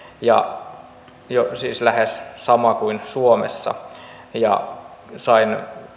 ja siis jo lähes sama kuin suomessa sain